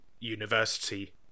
University